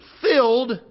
filled